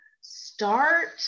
start